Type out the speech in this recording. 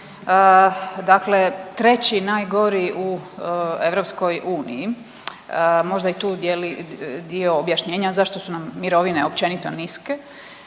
Dakle, treći najgori u EU možda i tu je li dio objašnjenja zašto su nam mirovine općenito niske.